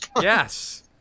Yes